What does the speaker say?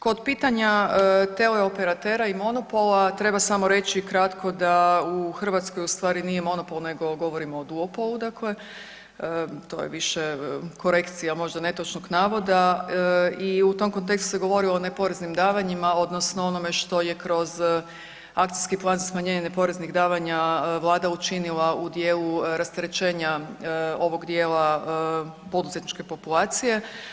Kod pitanja teleoperatera i monopola treba samo reći kratko da u Hrvatskoj u stvari nije monopol nego govorimo o duopolu dakle, to je više korekcija možda netočnog navoda i u tom kontekstu se govorilo o neporeznim davanjima odnosno onome što je kroz akcijski plan za smanjenje neporeznih davanja vlada učinila u dijelu rasterećenja ovog dijela poduzetničke populacije.